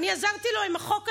אני עזרתי לו עם החוק הזה,